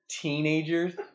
teenagers